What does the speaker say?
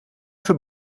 für